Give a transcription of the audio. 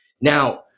Now